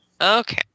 Okay